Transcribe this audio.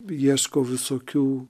ieškau visokių